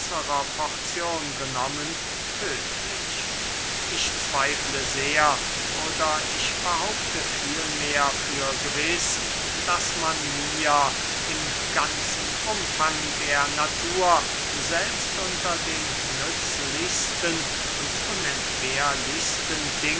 porzion genommen tödtlich ich zweifle sehr oder ich behaupte vielmehr für gewiß daß man mir im ganzen umfang der natur selbst unter den nützlichsten und unentbehrlichsten